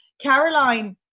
Caroline